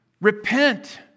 Repent